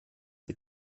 the